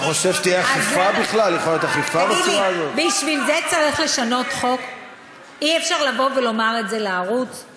מצד אחד: צריך לצלם את מי שקיבל רשות דיבור.